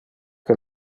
que